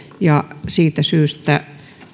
ja siitä syystä